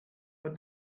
but